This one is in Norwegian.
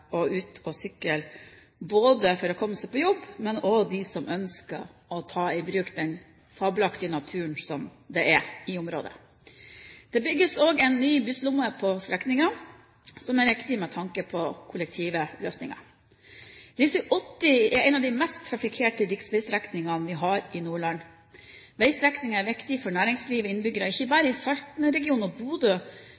seg ut på sykkel for å komme seg på jobb, men også for dem som ønsker å ta i bruk den fabelaktige naturen i området. Det bygges også en ny busslomme på strekningen, som er viktig med tanke på kollektive løsninger. Rv. 80 er en av de mest trafikkerte riksveistrekningene vi har i Nordland. Veistrekningen er viktig for næringsliv og innbyggere, ikke